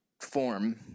form